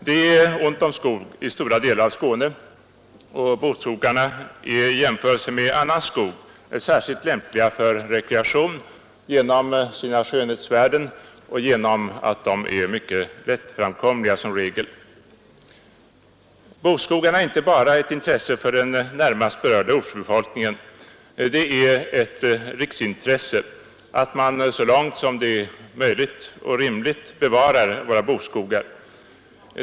Det är ont om skog i stora delar av Skåne, och bokskogarna är i jämförelse med annan skog särskilt lämpliga för rekreation genom sina skönhetsvärden och genom att de som regel är mycket lättframkomliga. Bokskogarna är inte bara av intresse för den närmast berörda ortsbefolkningen; det är ett riksintresse att man så långt det är möjligt och rimligt bevarar dem.